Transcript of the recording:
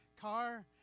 car